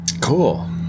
Cool